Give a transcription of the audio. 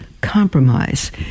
compromise